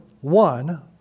one